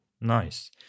Nice